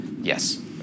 yes